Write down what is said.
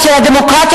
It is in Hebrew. החוק הזה